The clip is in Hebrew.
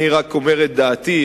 אני רק אומר את דעתי,